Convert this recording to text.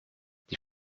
die